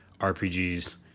RPGs